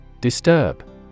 Disturb